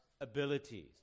abilities